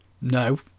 No